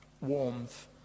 warmth